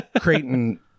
creighton